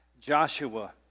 Joshua